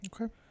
Okay